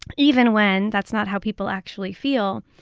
even when that's not how people actually feel,